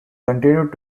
continued